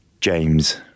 James